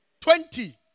Twenty